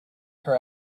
her